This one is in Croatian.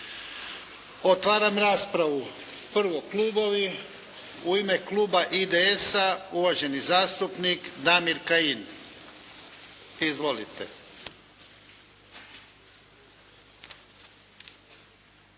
Otvaram raspravu. Prvo klubovi. U ime kluba IDS-a uvaženi zastupnik Damir Kajin. Izvolite.